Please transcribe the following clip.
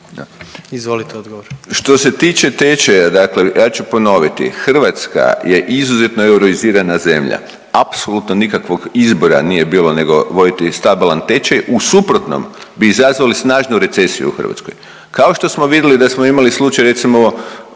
Boris** Što se tiče tečaja, dakle ja ću ponoviti Hrvatska je izuzetno euroizirana zemlja. Apsolutno nikakvog izbora nije bilo nego voditi stabilan tečaj. U suprotnom bi izazvali snažnu recesiju u Hrvatskoj. Kao što smo vidjeli da smo imali slučaj recimo